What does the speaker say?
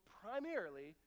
primarily